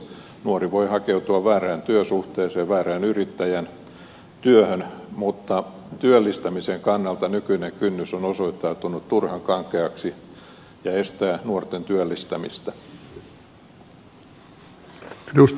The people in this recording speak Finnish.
nuori voi hakeutua väärään työsuhteeseen väärän yrittäjän työhön mutta työllistämisen kannalta nykyinen kynnys on osoittautunut turhan kankeaksi ja estää nuorten työllistämistä